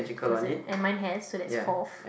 closet and mine has so that's fourth